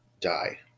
die